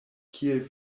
kiel